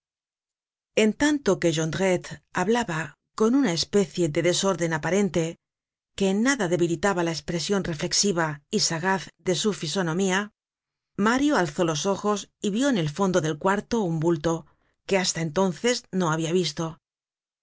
en tanto que jondrette hablaba con una especie de desorden aparente que en nada debilitaba la espresion reflexiva y sagaz de su fisonomía mario alzó los ojos y vió en el fondo del cuarto un bulto que hasta entonces no habia visto